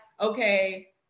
okay